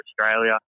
Australia